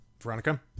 Veronica